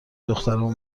دخترمان